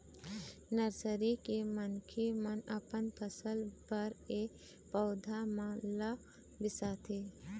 nursery के मनखे मन अपन फसल बर ए पउधा मन ल बिसाथे